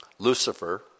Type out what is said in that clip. Lucifer